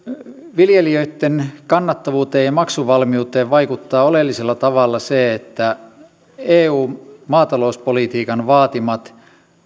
viljelijöitten kannattavuuteen ja maksuvalmiuteen vaikuttaa oleellisella tavalla se että eun maatalouspolitiikan vaatimat